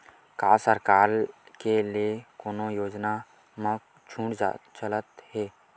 का सरकार के ले कोनो योजना म छुट चलत हे?